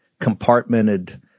compartmented